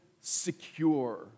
secure